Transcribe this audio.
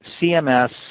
CMS